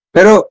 Pero